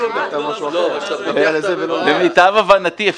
פותח --- למיטב הבנתי,